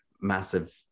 massive